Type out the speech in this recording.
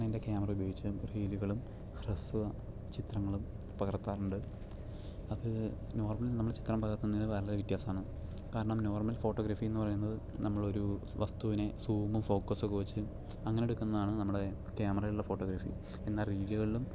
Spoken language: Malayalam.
ഞാൻ എൻ്റെ കാമറ ഉപയോഗിച്ച് റീലുകളും ഹസ്ര്വചിത്രങ്ങളും പകർത്താറുണ്ട് അത് നോർമൽ നമ്മൾ ചിത്രം പകർത്തുന്നതിൽ വളരെ വ്യത്യാസമാണ് കാരണം നോർമൽ ഫോട്ടോഗ്രാഫി എന്നു പറയുന്നത് നമ്മൾ ഒരു വസ്തുവിനെ സൂമും ഫോക്കസുമൊക്കെ വച്ച് അങ്ങനെ എടുക്കുന്നതാണ് നമ്മുടെ ക്യാമറകളിലെ ഫോട്ടോഗ്രഫി എന്നാൽ റീലുകളിലും